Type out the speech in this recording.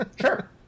sure